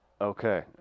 Okay